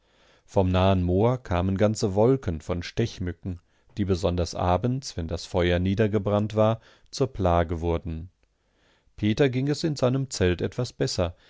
vom nahen moor kamen ganze wolken von stechmücken die besonders abends wenn das feuer niedergebrannt war zur plage wurden peter ging es in seinem zelt etwas besser